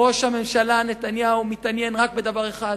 ראש הממשלה נתניהו מתעניין רק בדבר אחד: